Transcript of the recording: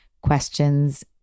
questions